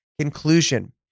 conclusion